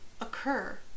occur